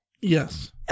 Yes